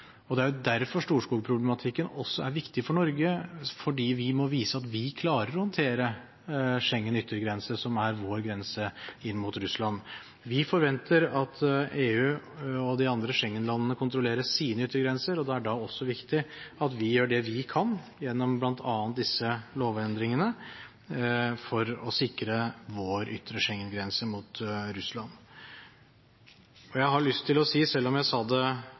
Det er derfor Storskog-problematikken også er viktig for Norge, for vi må vise at vi klarer å håndtere Schengen yttergrense, som er vår grense mot Russland. Vi forventer at EU og de andre Schengen-landene kontrollerer sine yttergrenser, og det er da også viktig at vi gjør det vi kan gjennom bl.a. disse lovendringene for å sikre vår ytre Schengen-grense mot Russland.